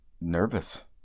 nervous